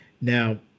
Now